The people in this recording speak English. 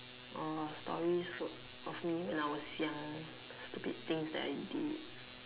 ah stories would of me when I was young stupid things that I did